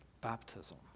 baptism